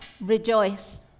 rejoice